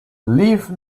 leave